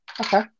Okay